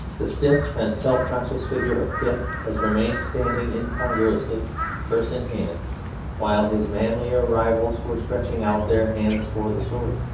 the stiff and self-conscious figure of pitt has remained standing incongruously purse in hand while his manlier rivals were stretching out their hands for the sword,